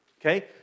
okay